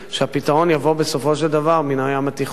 שהפתרון יבוא בסופו של דבר מן הים התיכון.